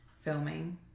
filming